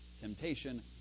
temptation